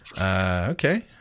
Okay